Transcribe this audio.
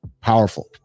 powerful